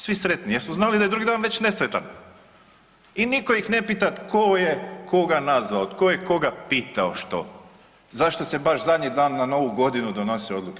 Svi sretni jer su znali da je drugi dan već nesretan i nitko ih ne pita, tko je koga nazvao, tko je koga pitao što, zašto se baš zadnji dan na Novu godinu odluke.